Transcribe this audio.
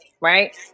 right